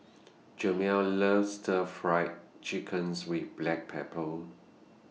Jamal loves Stir Fried Chickens with Black Pepper